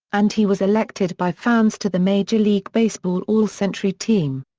and he was elected by fans to the major league baseball all-century team.